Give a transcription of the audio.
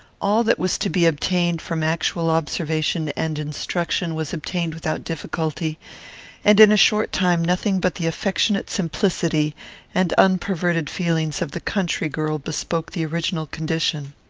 all that was to be obtained from actual observation and instruction was obtained without difficulty and in a short time nothing but the affectionate simplicity and unperverted feelings of the country-girl bespoke the original condition.